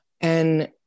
And-